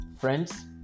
Friends